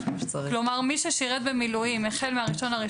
מי ששירת במילואים החל מה-1 ינואר